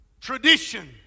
tradition